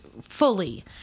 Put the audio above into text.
fully